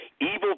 evil